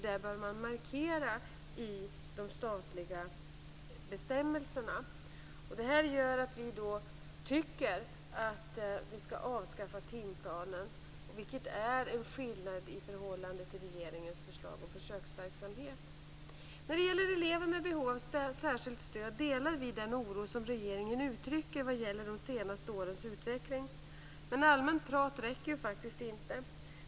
Det bör man markera i de statliga bestämmelserna. Detta gör att vi moderater tycker att man skall avskaffa timplanen. Det är en skillnad i förhållande till regeringens förslag om försöksverksamhet. När det gäller elever med behov av särskilt stöd delar vi den oro som regeringen uttrycker vad gäller de senaste årens utveckling. Men allmänt prat räcker faktiskt inte.